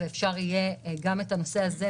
ואפשר יהיה למחשב גם את הנושא הזה,